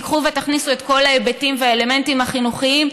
תיקחו ותכניסו את כל ההיבטים והאלמנטים החינוכיים,